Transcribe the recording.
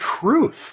truth